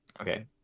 Okay